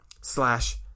slash